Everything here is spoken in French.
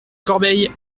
corbeil